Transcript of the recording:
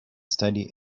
study